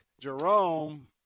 Jerome